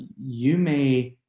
you may,